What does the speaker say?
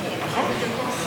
תודה, גברתי היושבת-ראש.